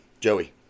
Joey